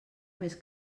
més